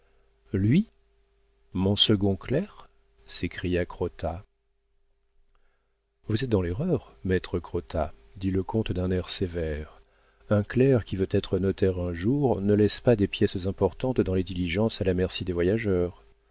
lui mon second clerc s'écria crottat vous êtes dans l'erreur maître crottat dit le comte d'un air sévère un clerc qui veut être notaire un jour ne laisse pas des pièces importantes dans les diligences à la merci des voyageurs